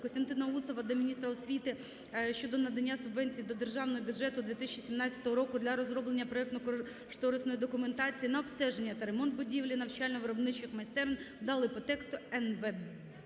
Костянтина Усова до міністра освіти щодо надання субвенції до державного бюджету у 2017 року для розроблення проектно-кошторисної документації на обстеження та ремонт будівлі навчально-виробничих майстерень (далі по тексту –